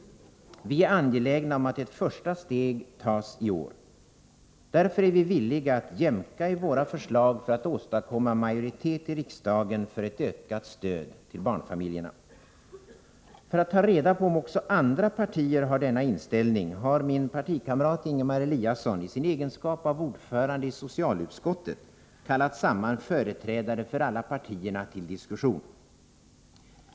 Vi är angelägna om att ett första steg tas i år. Därför är vi villiga att jämkai våra förslag för att åstadkomma majoritet i riksdagen för ett ökat stöd till barnfamiljerna. För att ta reda på om också andra partier har denna inställning har min partikamrat Ingemar Eliasson i sin egenskap av ordförande i socialutskottet kallat samman företrädare för alla partierna till diskussion.